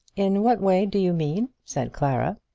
in what way do you mean? said clara.